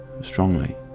strongly